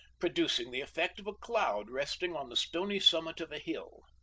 producing the effect of a cloud resting on the stony summit of a hill.